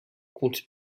compte